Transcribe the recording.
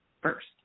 first